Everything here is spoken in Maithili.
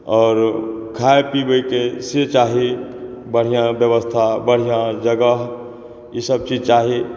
आओर खाय पीबय के से चाही बढ़िऑं सॅं व्यवस्था बढ़िऑं जगह ईसब चीज चाही